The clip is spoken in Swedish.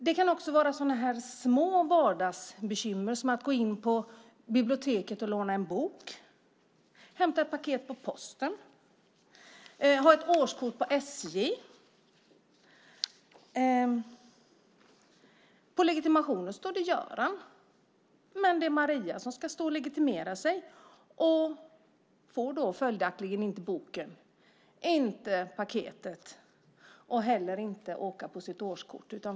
Det kan också gälla små vardagsbekymmer som att gå in på biblioteket för att låna en bok, att hämta ett paket på posten eller att ha ett årskort på SJ. På legitimationskortet står det Göran, men det är Maria som ska stå där och legitimera sig. Följaktligen får hon inte boken eller paketet. Inte heller får hon åka på sitt årskort.